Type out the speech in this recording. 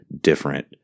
different